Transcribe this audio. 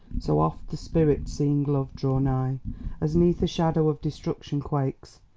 so oft the spirit seeing love draw nigh as neath the shadow of destruction, quakes,